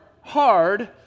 hard